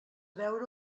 veure